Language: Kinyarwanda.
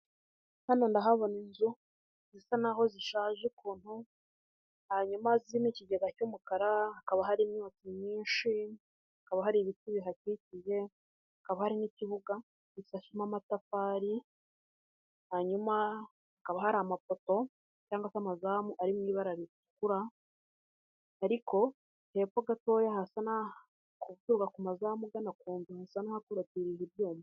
Hano ndahabona inzu zisa naho zishaje ukuntu hanyuma hasi ni ikigega cy'umukara hakaba hari imyotsi myinshi hakaba hari ibiti bihakikije hakaba hari n'ikibuga gishashemo amatafari hanyuma hakaba hari amafoto cyangwa se amazamu ari mu ibara ritukura ariko hepfo gatoya hasa nk'ahazubakwa amazamu ugana ku nzu hasa nk'ahakwirakwije ibyuma.